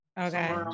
Okay